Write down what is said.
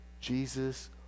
Jesus